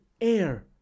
air